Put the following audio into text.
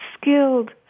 skilled